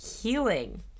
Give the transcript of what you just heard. healing